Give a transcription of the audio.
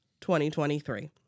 2023